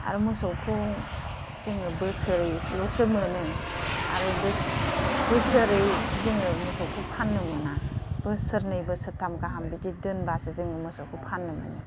आरो मोसौखौ जोङो बोसोरैल'सो मोनो आरो बोसोरै जोङो मोसौखौ फाननो मोना बोसोरनै बोसोरथाम गाहाम बिदि दोनबासो जोङो मोसौखौ फाननो मोनो